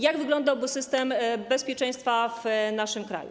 Jak wyglądałby system bezpieczeństwa w naszym kraju?